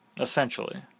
essentially